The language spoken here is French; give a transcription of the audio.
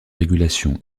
régulation